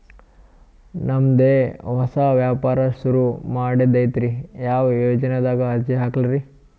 ನಮ್ ದೆ ಹೊಸಾ ವ್ಯಾಪಾರ ಸುರು ಮಾಡದೈತ್ರಿ, ಯಾ ಯೊಜನಾದಾಗ ಅರ್ಜಿ ಹಾಕ್ಲಿ ರಿ?